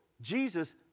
Jesus